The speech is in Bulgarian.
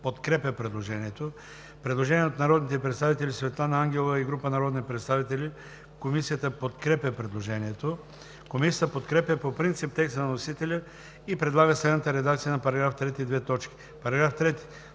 подкрепя предложението. Предложение от народните представители Светлана Ангелова и група народни представители. Комисията подкрепя предложението. Комисията подкрепя по принцип текста на вносителя и предлага следната редакция на § 3: „§ 3.